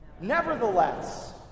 Nevertheless